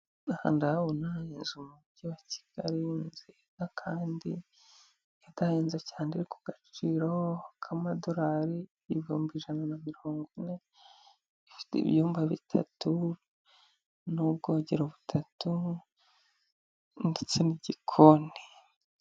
Aha ndahabona inzu mu mujyi wa kigali nziza kandi idahenze cyane ku gaciro k'amadolari ibihumbi ijana na mirongo ine ifite ibyumba bitatu n'ubwogero butatu ndetse n'igikoni.